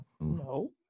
no